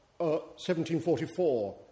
1744